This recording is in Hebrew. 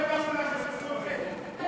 וכל חברי המשלחת הנמצאים אתנו כאן ביציע,